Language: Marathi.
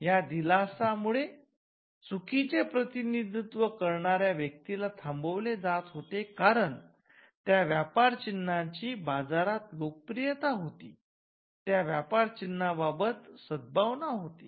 या दिलासा मुळे चुकीचे प्रतिनिधित्व करणाऱ्या व्यक्तीला थांबविले जात होते कारण त्या व्यापर चिन्हाची बाजारात लोकप्रियता होती त्या व्यापार चिन्हाबाबत बाबत सद्भावना होती